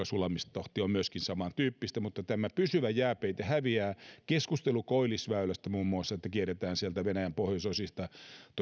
sulamistahti on myöskin samantyyppistä mutta tämä pysyvä jääpeite häviää muun muassa keskustelu koillisväylästä että kierretään venäjän pohjoisosista